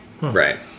right